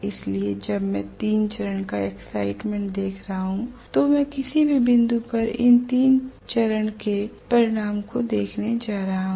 इसलिए जब मैं 3 चरण का एक्साइटमेंट देख रहा हूं तो मैं किसी भी बिंदु पर इन सभी 3 चरणों के परिणाम को देखने जा रहा हूं